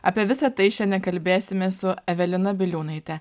apie visa tai šiandien kalbėsimės su evelina biliūnaite